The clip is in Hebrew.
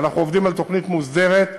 אנחנו עובדים על תוכנית מוסדרת,